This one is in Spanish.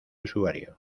usuario